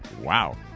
Wow